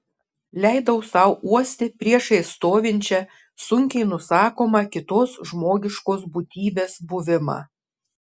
leidau sau uosti priešais stovinčią sunkiai nusakomą kitos žmogiškos būtybės buvimą